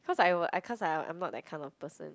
cause I were I cause I I'm not that kind of person